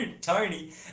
Tony